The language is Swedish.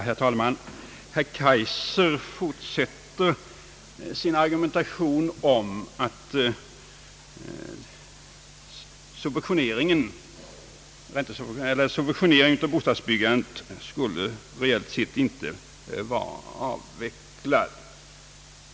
Herr talman! Herr Kaijser fortsatte sin argumentation att subventioneringen av bostadsbyggandet reellt sett inte skulle vara avvecklad.